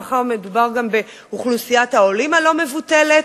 מאחר שמדובר גם באוכלוסיית העולים הלא-מבוטלת,